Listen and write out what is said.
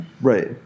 Right